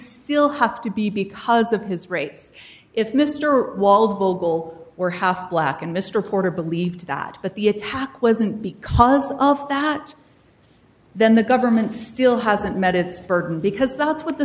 still have to be because of his race if mr oswald vogel were half black and mr porter believed that the attack wasn't because of that then the government still hasn't met its burden because that's what the